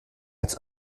als